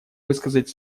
высказать